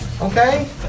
Okay